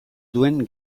duen